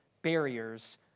Barriers